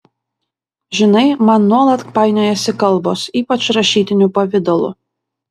žinai man nuolat painiojasi kalbos ypač rašytiniu pavidalu